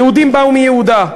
היהודים באו מיהודה.